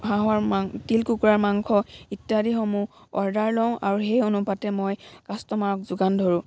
হাঁহৰ মাংস তিল কুকুৰাৰ মাংস ইত্যাদিসমূহ অৰ্ডাৰ লওঁ আৰু সেই অনুপাতে মই কাষ্টমাৰক যোগান ধৰোঁ